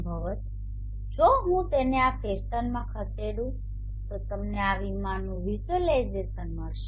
સંભવત જો હું તેને આ ફેશનમાં ખસેડું તો તમને આ વિમાનનું વિઝ્યુલાઇઝેશન મળશે